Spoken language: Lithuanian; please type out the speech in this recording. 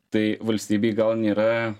tai valstybei gal nėra